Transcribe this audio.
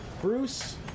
Bruce